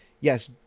yes